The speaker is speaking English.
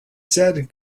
said